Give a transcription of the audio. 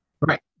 Right